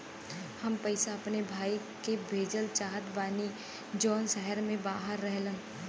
हम पैसा अपने भाई के भेजल चाहत बानी जौन शहर से बाहर रहेलन